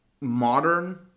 modern